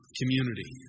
community